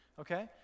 okay